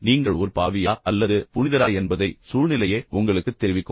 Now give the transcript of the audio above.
எனவே நீங்கள் ஒரு பாவியா அல்லது புனிதரா என்பதை சூழ்நிலையே உங்களுக்குத் தெரிவிக்கும்